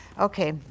Okay